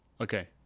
Okay